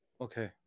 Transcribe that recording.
Okay